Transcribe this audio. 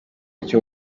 cyo